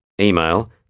Email